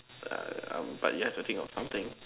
uh um you have to think of something